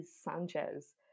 Sanchez